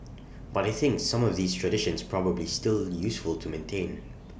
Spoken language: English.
but I think some of these traditions probably still useful to maintain